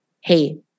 hey